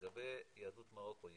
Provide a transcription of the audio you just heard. לגבי יהדות מרוקו,